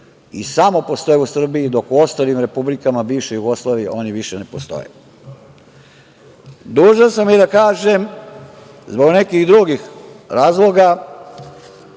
i samo postoje u Srbiji, dok u ostalim republikama bivše Jugoslavije oni više ne postoje. Dužan sam i da kažem, zbog nekih drugih razloga,